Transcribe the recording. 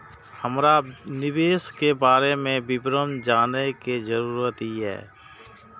हमरा निवेश के बारे में विवरण जानय के जरुरत ये?